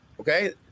okay